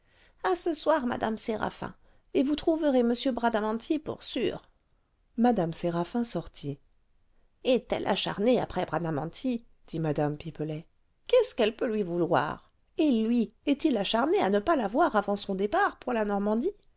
à ce soir madame séraphin et vous trouverez m bradamanti pour sûr mme séraphin sortit est-elle acharnée après bradamanti dit mme pipelet qu'est-ce qu'elle peut lui vouloir et lui est-il acharné à ne pas la voir avant son départ pour la normandie